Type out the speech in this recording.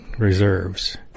reserves